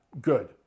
good